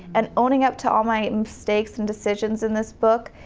and owning up to all my mistakes and decisions in this book,